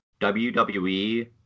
WWE